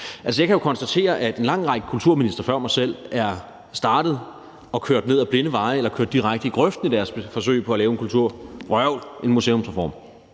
jeg kan jo konstatere, at en lang række kulturministre før mig selv er startet og kørt ned ad blinde veje eller kørt direkte i grøften i deres forsøg på at lave en museumsreform,